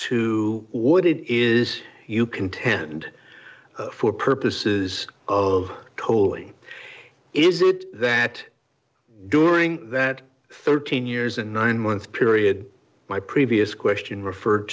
to what it is you contend for purposes of tolling is it that during that thirteen years a nine month period my previous question referred